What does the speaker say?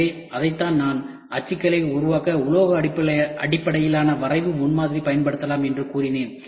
எனவே அதைத்தான் நான் அச்சுகளை உருவாக்க உலோக அடிப்படையிலான விரைவு முன்மாதிரி பயன்படுத்தலாம் என்று கூறினேன்